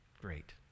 Great